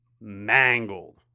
mangled